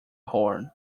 horn